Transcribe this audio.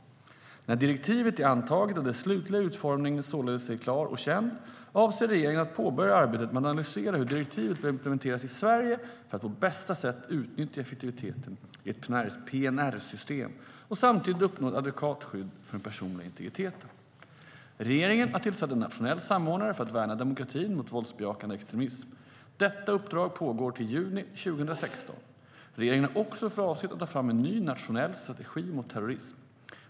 När direktivet är antaget och dess slutliga utformning således är klar och känd avser regeringen att påbörja arbetet med att analysera hur direktivet bör implementeras i Sverige för att på bästa sätt utnyttja effektiviteten i ett PNR-system och samtidigt uppnå ett adekvat skydd för den personliga integriteten. Regeringen har tillsatt en nationell samordnare för att värna demokratin mot våldsbejakande extremism. Detta uppdrag pågår till juni 2016. Regeringen har också för avsikt att ta fram en ny nationell strategi mot terrorism.